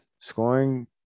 Scoring